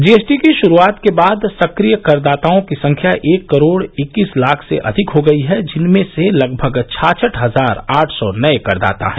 GST की शुरुआत के बाद सक्रिय करदाताओं की संख्या एक करोड़ इक्कीस लाख से अधिक हो गई है जिनमें से लगभग छाछंठ हजार आठ सौ नए कर दाता हैं